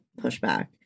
pushback